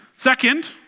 Second